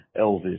Elvis